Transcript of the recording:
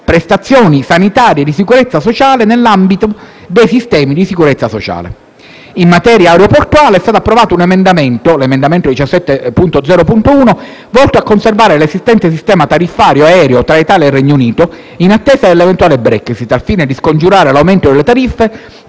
prestazioni sanitarie e di sicurezza sociale nell'ambito dei sistemi di sicurezza sociale. In materia aeroportuale è stato approvato l'emendamento 17.0.1, volto a conservare l'esistente sistema tariffario aereo tra l'Italia e il Regno Unito, in attesa dell'eventuale Brexit, al fine di scongiurare l'aumento delle tariffe